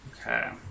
Okay